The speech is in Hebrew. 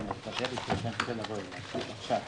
הישיבה ננעלה בשעה